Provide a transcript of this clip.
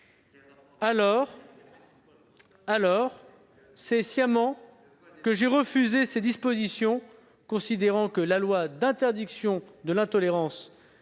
Alors, c'est sciemment que j'ai refusé ces dispositions, considérant que la loi d'interdiction de l'intolérance,